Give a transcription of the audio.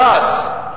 ש"ס,